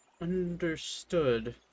understood